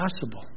possible